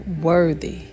worthy